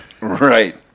Right